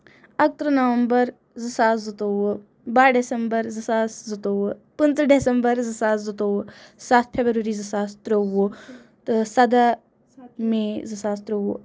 اَکترٕہ November زٕ ساس زٕ تووُہ بَاہہ ڈیٚسَمبَر زٕ ساس زٕ تووُہ پٕنٛژٕ ڈیٚسَمبَر زٕ ساس زٕ تووُہ سَتھ فیٚبرؤری زٕ ساس ترٛۆوُہ تہٕ سداہ میے زٕ ساس ترٛووُہ